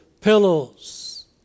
pillows